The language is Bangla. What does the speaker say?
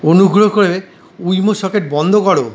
অনুগ্রহ করে উইমো সকেট বন্ধ করো